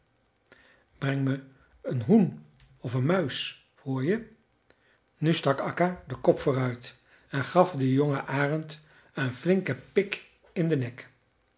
breng me een hoen of een muis hoor je nu stak akka den kop vooruit en gaf den jongen arend een flinken pik in den nek